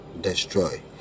destroy